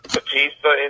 Batista